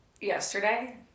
yesterday